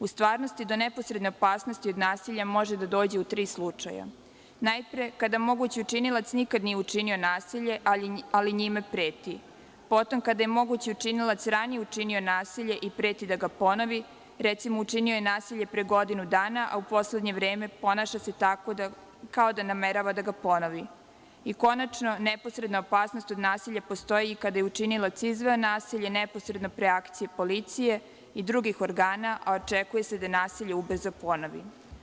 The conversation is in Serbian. U stvarnosti, do neposredne opasnosti od nasilja može da dođe u tri slučaja – najpre, kada mogući učinilac nikada nije učinio nasilje, ali njime preti, potom, kada je mogući učinilac ranije učinio nasilje i preti da ga ponove, recimo, učinio je nasilje pre godinu dana, a u poslednje vreme ponaša se tako kao da namerava da ga ponovi, i konačno, neposredna opasnost od nasilja postoji kada je učinilac izveo nasilje neposredno pre akcije policije i drugih organa, a očekuje se da nasilje ubrzo ponovi.